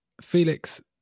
Felix